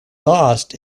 lost